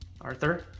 Arthur